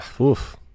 Oof